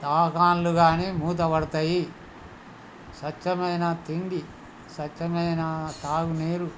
దావకాన్లు కానీ మూతపడతాయి స్వచ్ఛమైన తిండి స్వచ్ఛమైన తాగు నీరు